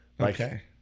Okay